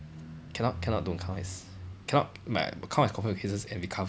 cannot cannot don't count as cannot mu~ count as confirmed cases and recover